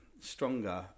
stronger